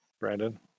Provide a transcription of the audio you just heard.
Brandon